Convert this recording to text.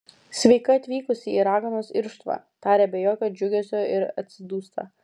sveika atvykusi į raganos irštvą taria be jokio džiugesio ir atsidūsta